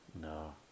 No